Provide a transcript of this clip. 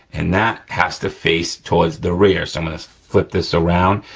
and that has to face towards the rear, so i'm gonna flip this around,